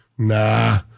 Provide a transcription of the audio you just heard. Nah